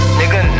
nigga